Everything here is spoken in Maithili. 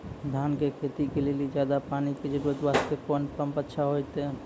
धान के खेती के लेली ज्यादा पानी के जरूरत वास्ते कोंन पम्प अच्छा होइते?